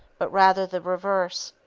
but rather the reverse.